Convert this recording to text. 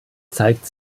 zeigt